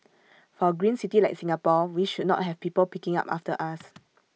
for A green city like Singapore we should not have people picking up after us